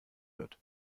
wird